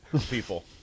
people